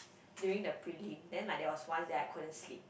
during the prelim then like that was once that I couldn't sleep